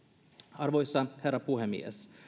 arvoisa herra puhemies